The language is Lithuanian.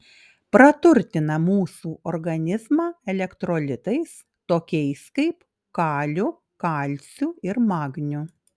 praturtina mūsų organizmą elektrolitais tokiais kaip kaliu kalciu ir magniu